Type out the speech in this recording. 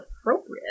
appropriate